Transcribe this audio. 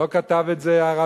לא כתב את זה ערבי,